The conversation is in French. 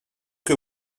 que